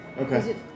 Okay